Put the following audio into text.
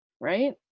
right